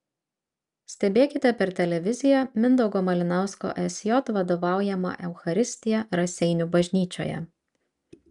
stebėkite per televiziją mindaugo malinausko sj vadovaujamą eucharistiją raseinių bažnyčioje